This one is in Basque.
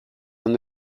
ondo